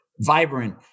vibrant